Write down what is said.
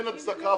אין הצדקה.